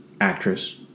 actress